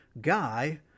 guy